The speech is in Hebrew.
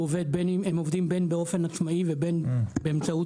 הם עובדים בין באופן עצמאי ובין באמצעות